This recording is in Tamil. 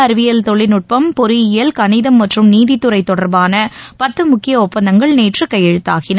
அறிவியல் தொழில்நுட்பம் பொறியியல் கணிதம் மற்றும் நீதித்துறை தொடர்பான பத்து முக்கிய புதிய ஒப்பந்தங்கள் நேற்று கையெழுத்தாகின